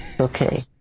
Okay